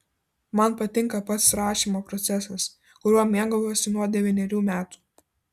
man patinka pats rašymo procesas kuriuo mėgaujuosi nuo devynerių metų